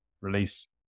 release